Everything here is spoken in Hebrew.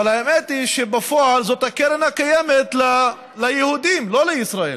אבל האמת היא שבפועל זה קרן הקיימת ליהודים ולא לישראל,